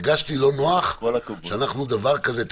הרגשתי לא נוח שדבר כזה --- כל הכבוד.